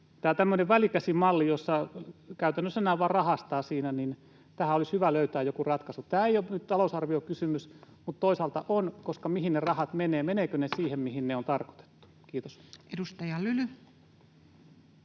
Tähän tämmöiseen välikäsimalliin, jossa käytännössä nämä vain rahastavat siinä, olisi hyvä löytää joku ratkaisu. Tämä ei ole nyt talousarviokysymys, mutta toisaalta se on, koska mihin ne rahat menevät? Menevätkö ne siihen, mihin ne on tarkoitettu? — Kiitos. [Speech 595]